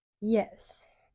Yes